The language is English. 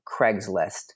Craigslist